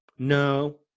no